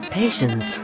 patience